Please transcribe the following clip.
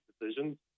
decisions